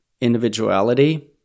individuality